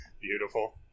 Beautiful